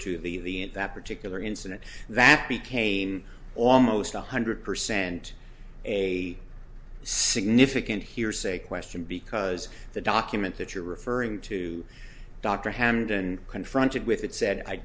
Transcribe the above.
to the that particular incident that became almost one hundred percent a significant hearsay question because the document that you're referring to dr hamdan confronted with it said i